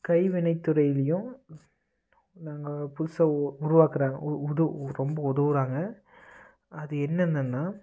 கைவினை துறையிலேயும் நாங்கள் புதுசாக உ உருவாக்குகிறாங்க உ உரு ரொம்ப உதவுகிறாங்க அது என்னென்னன்னால்